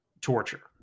torture